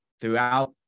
throughout